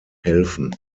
helfen